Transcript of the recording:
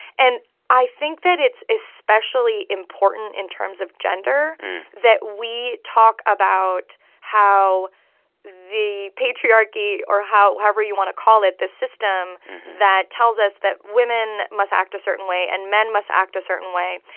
and i think that it's especially important in terms of gender that we talk about how the patriarchy or how whatever you want to call it the system that tells us that women must act a certain way and men must act a certain way,